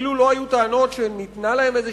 אפילו לא היו טענות שניתנה להם איזו